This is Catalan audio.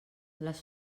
les